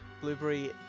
Blueberry